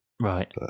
Right